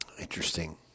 Interesting